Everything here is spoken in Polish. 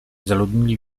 zaludnili